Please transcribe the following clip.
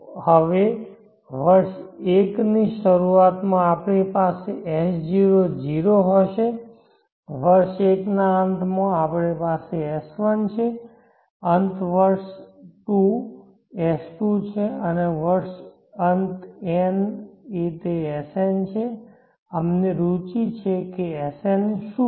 હવે વર્ષ 1 ની શરૂઆતમાં આપણી પાસે S0 0 હશે વર્ષ 1 ના અંતમાં આપણી પાસે S1 છે અંત વર્ષ 2 S2 છે અને વર્ષનો અંત એન તે Sn છે અમને રુચિ છે કે Sn શું છે